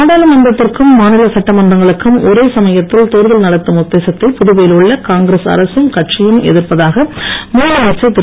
நாடாளுமன்றத்திற்கும் மாநில சட்டமன்றங்களுக்கும் ஒரே சமயத்தில் தேர்தல் நடத்தும் உத்தேசத்தை புதுவையில் உள்ள காங்கிரஸ் அரசும் கட்சியும் எதிர்ப்பதாக முதலமைச்சர் திரு